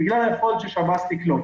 בגלל היכולת של שב"ס לקלוט,